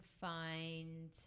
find